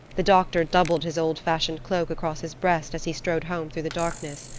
the doctor doubled his old-fashioned cloak across his breast as he strode home through the darkness.